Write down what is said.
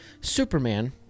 Superman